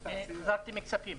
חזרתי מוועדת הכספים.